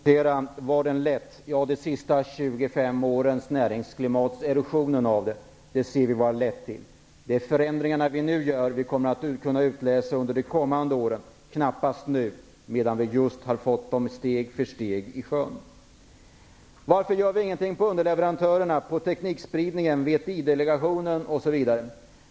Herr talman! Jag skall först nämna vart näringspolitiken har lett. Vad erosionen av de senaste 25 årens näringsklimat har lett till kan vi nu se. Det är de förändringar som vi nu genomför som kommer att ge resultat under de kommande åren, knappast nu medan vi steg för steg håller på att sätta dem i sjön. Varför gör vi ingenting på underleverantörernas, teknikspridningens, VT-delegationens områden etc.?